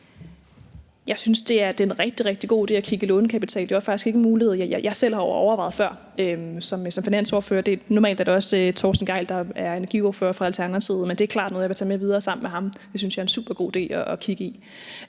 Jeg synes, det er en rigtig, rigtig god idé at kigge på lånekapital. Det var faktisk ikke en mulighed, jeg selv havde overvejet før som finansordfører. Normalt er det også Torsten Gejl, der er energiordfører for Alternativet, med det er klart noget, jeg vil tage med videre sammen med ham. Det synes jeg er en super god idé at kigge ind